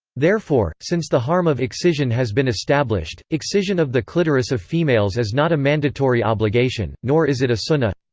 therefore, since the harm of excision has been established, excision of the clitoris of females is not a mandatory obligation, nor is it a sunnah.